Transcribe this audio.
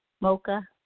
mocha